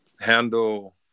handle